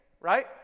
right